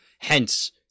Hence